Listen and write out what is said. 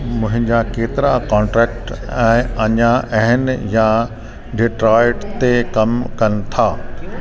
मुंहिंजा केतिरा कॉन्टेक्ट अञा आहिनि या डेट्रॉइट ते कमु कनि था